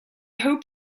hope